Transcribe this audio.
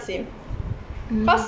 mm